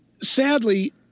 sadly